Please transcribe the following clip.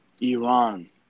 Iran